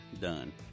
done